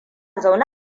zaune